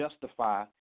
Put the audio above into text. justify